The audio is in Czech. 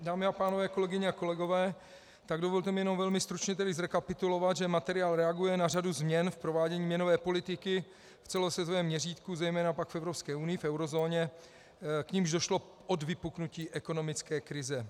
Dámy a pánové, kolegyně a kolegové, dovolte mi jen velmi stručně zrekapitulovat, že materiál reaguje na řadu změn v provádění měnové politiky v celosvětovém měřítku, zejména pak v Evropské unii, v eurozóně, k nimž došlo od vypuknutí ekonomické krize.